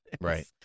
Right